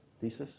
thesis